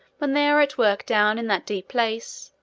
when they are at work down in that deep place,